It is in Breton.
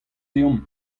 deomp